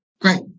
Great